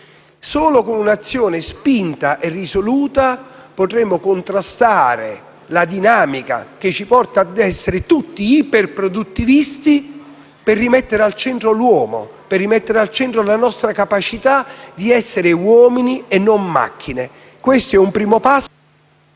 Solo con un'azione spinta e risoluta potremo contrastare la dinamica che ci porta tutti ad essere iperproduttivisti per rimettere al centro l'uomo e la nostra capacità di essere uomini e non macchine. Questo è un primo passo,